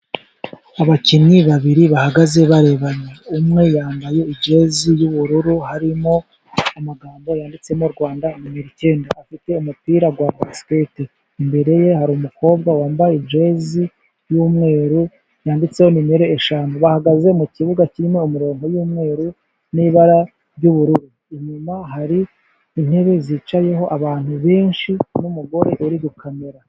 Abakinnyi babiri bahagaze barebana, umwe yambaye jezi y'ubururu harimo amagambo yanditsemo Rwanda na mirongo icyenda, afite umupira wa basiketi boru. Imbere ye hari umukobwa wambaye jezi y'umweru yanditseho numero eshanu. Bahagaze mu kibuga kirimo umurongo w'umweru n'ibara ry'ubururu, inyuma hari intebe zicayeho abantu benshi n'umugore uri gukamera.